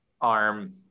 arm